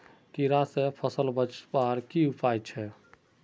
कीड़ा से फसल बचवार की उपाय छे?